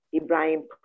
Ibrahim